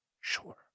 Sure